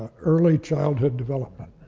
early childhood development.